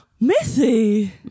Missy